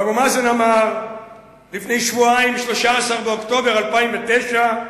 ואבו מאזן אמר לפני שבועיים, ב-13 באוקטובר 2009,